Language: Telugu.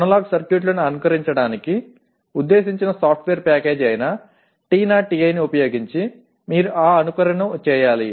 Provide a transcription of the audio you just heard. అనలాగ్ సర్క్యూట్లను అనుకరించటానికి ఉద్దేశించిన సాఫ్ట్వేర్ ప్యాకేజీ అయిన TINA TI ని ఉపయోగించి మీరు ఆ అనుకరణను చేయాలి